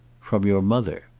from your mother.